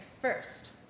First